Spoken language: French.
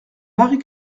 marie